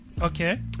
Okay